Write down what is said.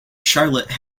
charlotte